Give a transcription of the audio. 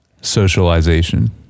socialization